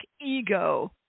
ego